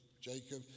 Jacob